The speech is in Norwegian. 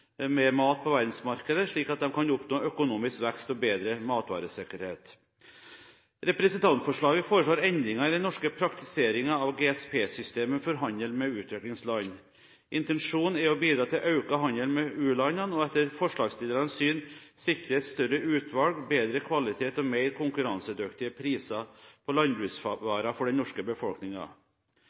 med mat på verdensmarkedet, slik at de kan oppnå økonomisk vekst og bedre matvaresikkerhet. Representantforslaget foreslår endringer i den norske praktiseringen av GSP-systemet for handel med utviklingsland. Intensjonen er å bidra til økt handel med utviklingsland og, etter forslagsstillernes syn, sikre et større utvalg, bedre kvalitet og mer konkurransedyktige priser på landbruksvarer for den norske